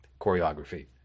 choreography